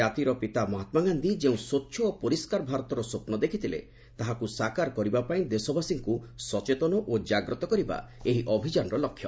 ଜାତିର ପିତା ମହାତ୍ମାଗାନ୍ଧୀ ଯେଉଁ ସ୍ୱଚ୍ଚ ଓ ପରିସ୍କାର ଭାରତର ସ୍ୱପ୍ନ ଦେଖିଥିଲେ ତାହାକୁ ସାକାର କରିବା ପାଇଁ ଦେଶବାସୀଙ୍କୁ ସଚେତନ ଓ କାଗ୍ରତ କରିବା ଏହି ଅଭିଯାନର ଲକ୍ଷ୍ୟ